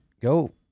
Go